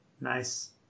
Nice